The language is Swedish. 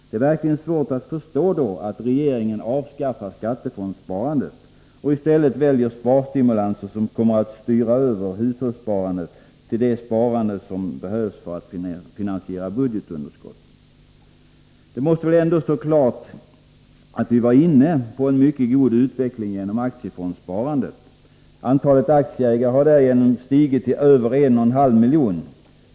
Det är verkligen svårt att förstå varför regeringen då avskaffar skattefondssparandet och i stället väljer sparstimulanser som kommer att styra över hushållssparandet till det sparande som behövs för att finansiera budgetunderskottet. Det måste väl ändå stå klart att vi var inne på en mycket god linje genom aktiefondssparandet. Antalet aktieägare har därigenom stigit till över 1,5 miljoner.